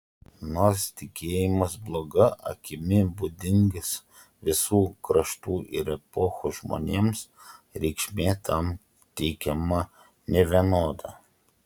nors tikėjimas bloga akimi būdingas visų kraštų ir epochų žmonėms reikšmė tam teikiama nevienoda